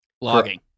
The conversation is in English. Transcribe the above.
Logging